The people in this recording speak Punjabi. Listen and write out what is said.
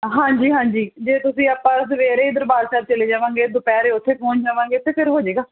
ਹਾਂਜੀ ਹਾਂਜੀ ਜੇ ਤੁਸੀਂ ਆਪਾਂ ਸਵੇਰੇ ਹੀ ਦਰਬਾਰ ਸਾਹਿਬ ਚਲੇ ਜਾਵਾਂਗੇ ਦੁਪਹਿਰ ਉੱਥੇ ਪਹੁੰਚ ਜਾਵਾਂਗੇ ਤਾਂ ਫਿਰ ਹੋ ਜਾਵੇਗਾ